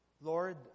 Lord